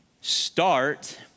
Start